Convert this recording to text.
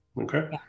Okay